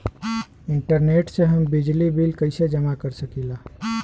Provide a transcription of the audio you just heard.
Internet से हम बिजली बिल कइसे जमा कर सकी ला?